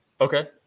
Okay